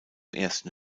ersten